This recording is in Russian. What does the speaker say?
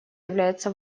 является